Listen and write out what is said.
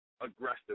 Aggressive